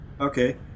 Okay